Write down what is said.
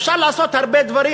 אפשר לעשות הרבה דברים,